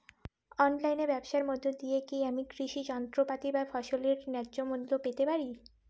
অনলাইনে ব্যাবসার মধ্য দিয়ে কী আমি কৃষি যন্ত্রপাতি বা ফসলের ন্যায্য মূল্য পেতে পারি?